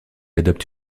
adopte